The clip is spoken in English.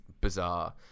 bizarre